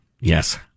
Yes